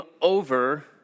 over